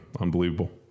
unbelievable